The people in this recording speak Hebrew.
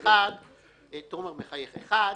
הראשון,